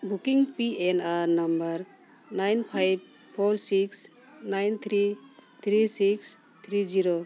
booking P N number nine five four six nine three three six three zero